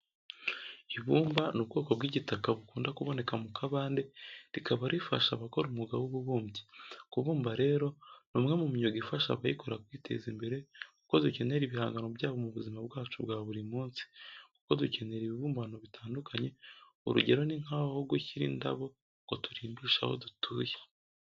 Ibumba ni ubwoko bw'igitaka bukunda kuboneka mu kabande rikaba rifasha abakora umwuga w'ububumbyi. Kubumba rero ni umwe mu myuga ifasha abayikora kwiteza imbere kuko dukenera ibihangano byabo mu buzima bwacu bwa buri munsi, kuko dukenera ibibumbano bitandukanye, urugero ni nk'aho gushyira indabo ngo turimbishe aho dutuye.